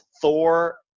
Thor